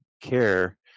care